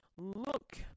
Look